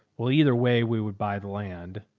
well, either way we would buy the land.